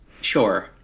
Sure